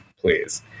please